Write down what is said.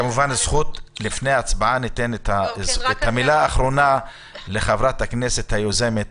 לפני ההצבעה ניתן את המילה האחרונה לחברת הכנסת היוזמת,